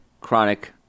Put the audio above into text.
chronic